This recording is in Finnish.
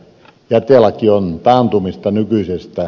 jätelaki on taantumista nykyisestä